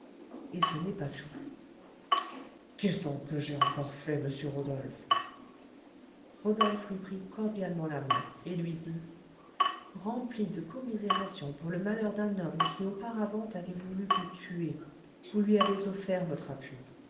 et ce n'est pas tout qu'est-ce donc que j'ai encore fait monsieur rodolphe rodolphe lui prit cordialement la main et lui dit rempli de commisération pour le malheur d'un homme qui auparavant avait voulu vous tuer vous lui avez offert votre appui